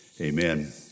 Amen